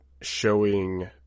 showing